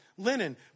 Linen